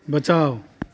बचाउ